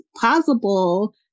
possible